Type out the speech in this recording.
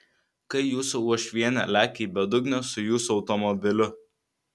kai jūsų uošvienė lekia į bedugnę su jūsų automobiliu